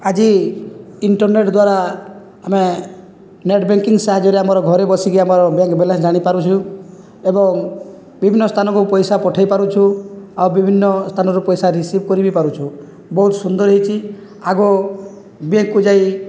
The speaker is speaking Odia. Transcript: ଆଜି ଇଣ୍ଟରନେଟ୍ ଦ୍ୱାରା ଆମେ ନେଟ୍ ବ୍ୟାଙ୍କିଂ ସାହାଯ୍ୟରେ ଆମର ଘରେ ବସିକି ଆମର ବ୍ୟାଙ୍କ୍ ବାଲାନ୍ସ ଜାଣିପାରୁଛୁ ଏବଂ ବିଭିନ୍ନ ସ୍ଥାନକୁ ପଇସା ପଠାଇ ପାରୁଛୁ ଆଉ ବିଭିନ୍ନ ସ୍ଥାନରୁ ପଇସା ରିସିଭ୍ କରି ବି ପାରୁଛୁ ବହୁତ ସୁନ୍ଦର ହୋଇଛି ଆଗ ବ୍ୟାଙ୍କ୍କୁ ଯାଇ